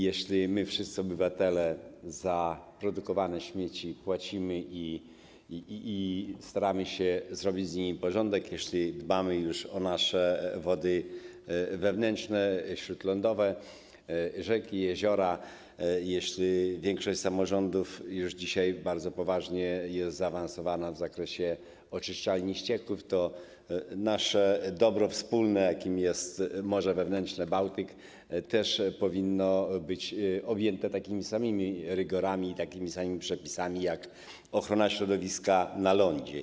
Jeśli my wszyscy, obywatele, za produkowane śmieci płacimy i staramy się zrobić z nimi porządek, jeśli dbamy o nasze wody wewnętrzne, śródlądowe, rzeki, jeziora, jeśli większość samorządów już dzisiaj bardzo poważnie jest zaawansowana w zakresie oczyszczalni ścieków, to nasze dobro wspólne, jakim jest morze wewnętrzne Bałtyk, też powinno być objęte takimi samymi rygorami i takimi samymi przepisami, jakie dotyczą ochrony środowiska na lądzie.